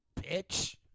bitch